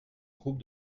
groupe